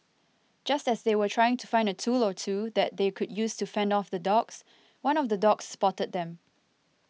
just as they were trying to find a tool or two that they could use to fend off the dogs one of the dogs spotted them